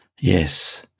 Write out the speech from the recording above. Yes